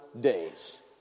days